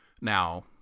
Now